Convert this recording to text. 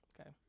okay